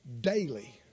daily